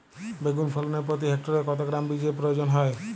বেগুন ফলনে প্রতি হেক্টরে কত গ্রাম বীজের প্রয়োজন হয়?